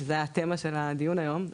שזה התמה של הדיון היום.